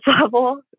level